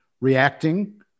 reacting